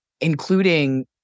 including